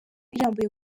irambuye